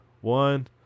One